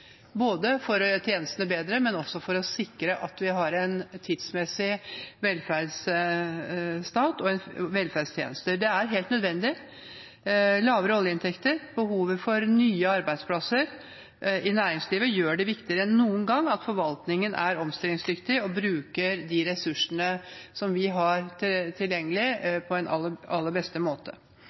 for å gjøre tjenestene bedre, men for å sikre at vi har en tidsmessig velferdsstat og velferdstjenester. Det er helt nødvendig. Lavere oljeinntekter og behovet for nye arbeidsplasser i næringslivet gjør det viktigere enn noen gang at forvaltningen er omstillingsdyktig og bruker de ressursene som vi har tilgjengelig, på aller beste måte.